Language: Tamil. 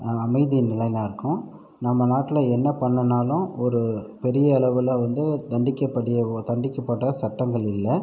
அமைதியை நிலை நாட்டும் நம்ம நாட்டில் என்ன பண்ணுனாலும் ஒரு பெரிய அளவில் வந்து தண்டிக்க கூடிய ஒ தண்டிக்க படுற சட்டங்கள் இல்லை